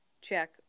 check